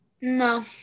No